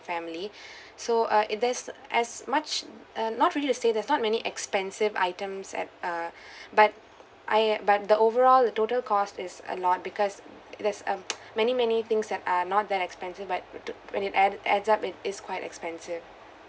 family so uh it there's as much uh not really to say there's not many expensive items at err but I but the overall the total cost is a lot because there's um many many things that are not that expensive but to when it add add up it is quite expensive